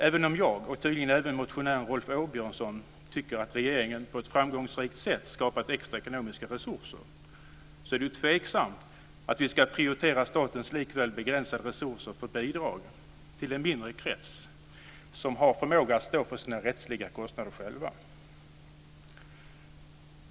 Även om jag, och tydligen även motionären Rolf Åbjörnsson, tycker att regeringen på ett framgångsrikt sätt skapat extra ekonomiska resurser är det tveksamt om vi ska prioritera bidrag från statens likväl begränsade resurser till en mindre krets som har förmåga att stå för sina rättsliga kostnader själva.